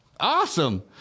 awesome